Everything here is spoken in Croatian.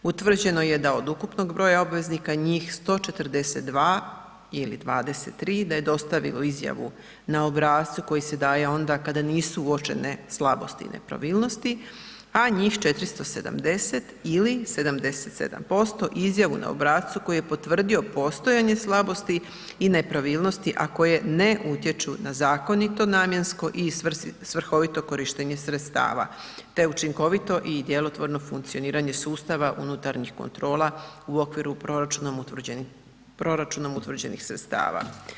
Utvrđeno je da od ukupnog broja obveznika, njih 142 ili 23 da je dostavilo izjavu na obrascu koji se daje onda kada nisu uočene slabosti i nepravilnosti a njih 470 ili 77% izjavu na obrascu koji je potvrdio postojanje slabosti i nepravilnosti a koje ne utječu na zakonito namjensko i svrhovito korištenje sredstava te učinkovito i djelotvorno funkcioniranje sustava unutarnjih kontrola u okviru proračunom utvrđenih sredstava.